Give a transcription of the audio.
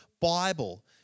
Bible